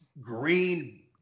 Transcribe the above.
green